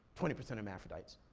twenty percent hermaphrodites.